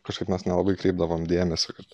kažkaip mes nelabai kreipdavom dėmesio kad